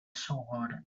sword